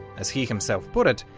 as he himself put it,